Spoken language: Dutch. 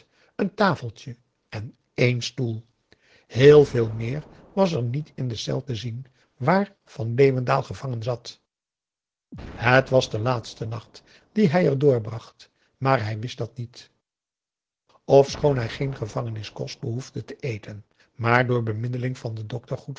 een tafeltje en één stoel heel p a daum de van der lindens c s onder ps maurits veel meer was er niet in de cel te zien waar van leeuwendaal gevangen zat het was de laatste nacht dien hij er doorbracht maar hij wist dat niet ofschoon hij geen gevangeniskost behoefde te eten maar door bemiddeling van den dokter goed